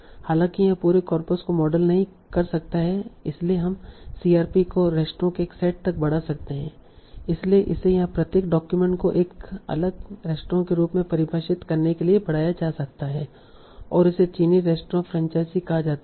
हालाँकि यह पूरे कॉर्पस को मॉडल नहीं कर सकता है इसलिए हम CRP को रेस्तरां के एक सेट तक बढ़ा सकते हैं इसलिए इसे यहाँ प्रत्येक डॉक्यूमेंट को एक अलग रेस्तरां के रूप में परिभाषित करने के लिए बढ़ाया जा सकता है और इसे चीनी रेस्तरां फ्रैंचाइज़ी कहा जाता है